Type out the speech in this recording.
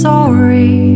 Sorry